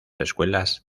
escuelas